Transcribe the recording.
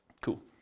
Cool